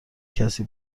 کسی